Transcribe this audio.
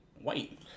white